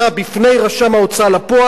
בפני רשם ההוצאה לפועל,